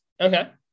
okay